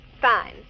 Fine